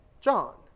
John